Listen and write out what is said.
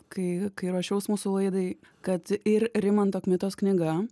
kai kai ruošiaus mūsų laidai kad ir rimanto kmitos knyga